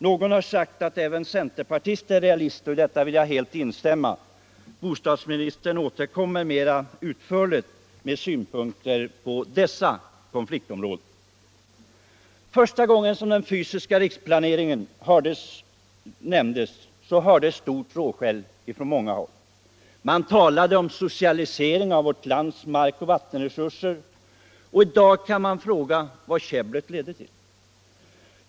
Någon har sagt att även centerpartister är realister, och detta vill jag helt instämma i. Bostadsministern återkommer mera utförligt med synpunkter på dessa konfliktområden. Första gången den fysiska riksplaneringen nämndes hördes stort råskäll från många håll — det talades om socialisering av vårt lands markoch vattenresurser. I dag kan man fråga vad käbblet ledde till.